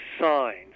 signs